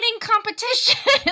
competition